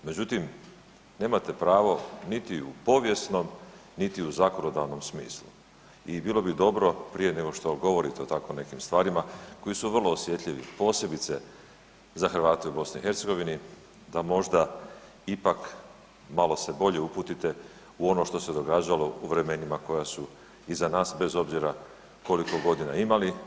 Međutim, nemate pravo niti u povijesnom, niti u zakonodavnom smislu i bilo bi dobro prije nego što govorite o tako nekim stvarima koji su vrlo osjetljivi posebice za Hrvate u BiH da možda ipak malo se bolje uputite u ono što se događalo u vremenima koja su iza nad bez obzira koliko godina imali.